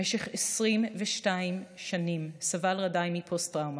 במשך 22 שנים סבל רדי מפוסט-טראומה.